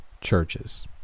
churches